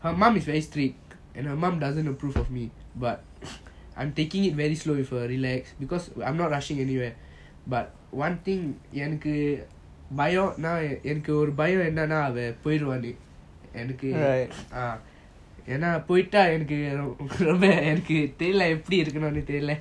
her mum is very strict and her mom doesn't approve of me but I'm taking it very slow with her relaxed because I'm not rushing anywhere but one thing என்னக்கு பயம்னா என்னக்கு ஒரு பயம் என்னனா அவ போயிருவானு என்னக்கு என்ன போய்ட்டா என்னக்கு ரொம்ப என்னக்கு தெரில என்னக்கு எப்பிடி இருக்கணும்னு தெரில:ennaku bayamna ennaku oru bayam ennana ava poiruvanu ennaku enna poita ennaku romba ennaku terila ennaku epidi irukanumnu terila